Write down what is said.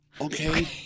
Okay